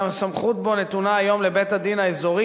שהסמכות בו נתונה היום לבית-הדין האזורי,